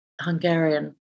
Hungarian